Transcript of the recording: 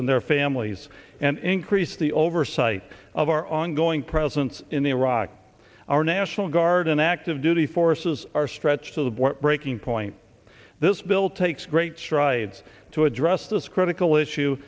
and their families and increase the oversight of our ongoing presence in iraq our national guard and active duty forces are stretched to the boy breaking point this bill takes great strides to address this critical issue